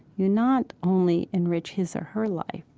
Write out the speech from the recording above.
you not only enrich his or her life,